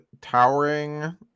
towering